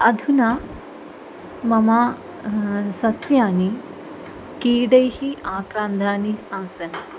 अधुना मम सस्यानि कीटैः आक्रान्ताः आसन्